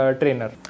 trainer